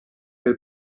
del